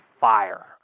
fire